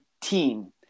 team